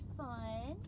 fun